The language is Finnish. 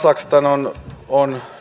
kazakstan on